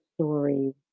story